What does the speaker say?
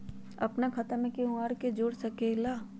अपन खाता मे केहु आर के जोड़ सके ला?